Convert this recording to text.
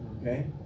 okay